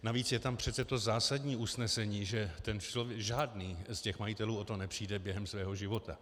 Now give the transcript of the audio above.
Navíc je tam přece to zásadní usnesení, že žádný z těch majitelů o to nepřijde během svého života.